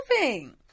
Moving